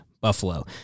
Buffalo